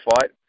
fight